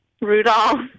Rudolph